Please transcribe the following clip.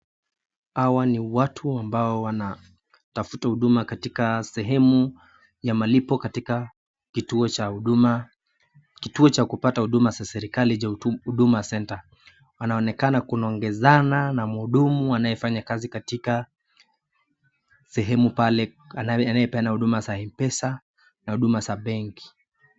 Hawa ni watu ambao wanatafuta huduma katika sehemu ya malipo katika kituo cha huduma, kituo cha kupata huduma za serikali za huduma center, wanaonekana kunongezana na mhudumu anayefanya kazi katika sehemu pale anapeana huduma za mpesa na huduma za benki.